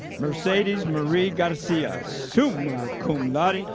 mercedes marie garcia, summa cum laude,